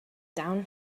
down